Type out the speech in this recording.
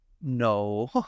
No